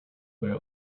where